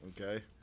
Okay